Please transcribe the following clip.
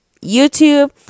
YouTube